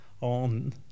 on